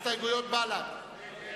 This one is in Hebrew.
ההסתייגויות של קבוצת סיעת בל"ד